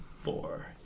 four